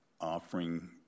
offering